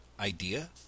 idea